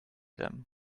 them